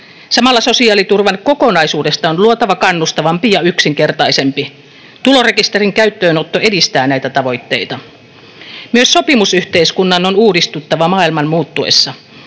Samalla sosiaaliturvan kokonaisuudesta on luotava kannustavampi ja yksinkertaisempi. Tulorekisterin käyttöönotto edistää näitä tavoitteita. Myös sopimusyhteiskunnan on uudistuttava maailman muuttuessa.